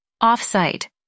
Off-site